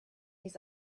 his